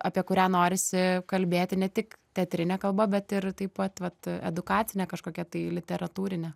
apie kurią norisi kalbėti ne tik teatrine kalba bet ir taip pat vat edukacine kažkokia tai literatūrinė